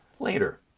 later.